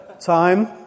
time